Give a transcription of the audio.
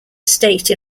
state